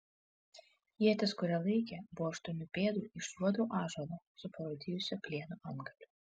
ietis kurią laikė buvo aštuonių pėdų iš juodo ąžuolo su parūdijusio plieno antgaliu